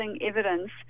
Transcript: evidence